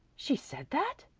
she said that!